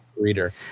reader